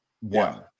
one